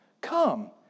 come